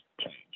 change